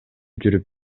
жүрүп